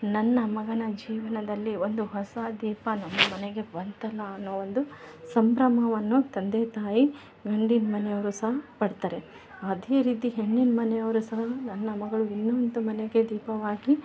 ನನ್ನ ಮಗನ ಜೀವನದಲ್ಲಿ ಒಂದು ಹೊಸ ದೀಪ ನಮ್ಮ ಮನೆಗೆ ಬಂತಲ್ಲ ಅನ್ನೋ ಒಂದು ಸಂಭ್ರಮವನ್ನು ತಂದೆ ತಾಯಿ ಗಂಡಿನ ಮನೆಯವರು ಸಹ ಪಡ್ತಾರೆ ಅದೇ ರೀತಿ ಹೆಣ್ಣಿನ ಮನೆಯವರು ಸಹ ನನ್ನ ಮಗಳು ಇನ್ನೊಂದು ಮನೆಗೆ ದೀಪವಾಗಿ